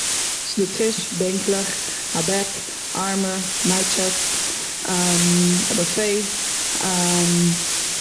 ס'איז דא טיש, בענקלעך, א בעט, ארמער, נייט טשעסט, א באפעיט...